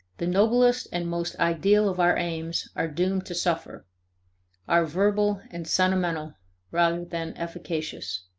the noblest and most ideal of our aims are doomed to suffer are verbal and sentimental rather than efficacious.